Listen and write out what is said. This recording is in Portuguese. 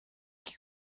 que